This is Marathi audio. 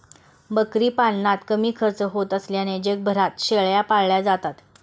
बकरी पालनात कमी खर्च होत असल्याने जगभरात शेळ्या पाळल्या जातात